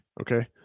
Okay